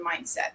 mindset